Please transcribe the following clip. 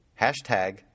Hashtag